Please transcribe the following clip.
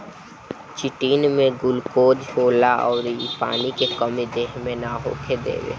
chitin में glucose होला अउर इ पानी के कमी देह मे ना होखे देवे